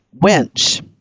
winch